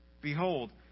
Behold